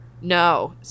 No